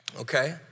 Okay